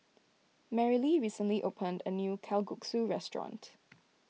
Merrilee recently opened a new Kalguksu restaurant